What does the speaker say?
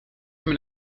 mijn